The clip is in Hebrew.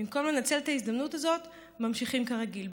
במקום לנצל את ההזדמנות הזאת, ממשיכים כרגיל.